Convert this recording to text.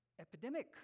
epidemic